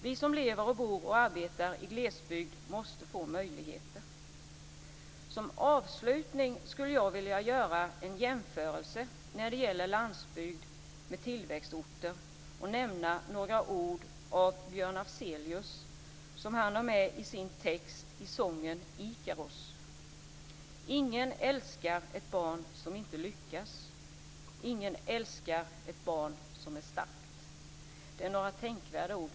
Vi som lever, bor och arbetar i glesbygd måste få möjligheter. Som avslutning skulle jag vilja göra en jämförelse när det gäller landsbygd med tillväxtorter och nämna några ord av Björn Afzelius som han har med i sin text i sången Ikaros: "Ingen älskar ett barn som inte lyckas, ingen älskar ett barn som är starkt." Det är några tänkvärda ord.